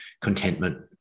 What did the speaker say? contentment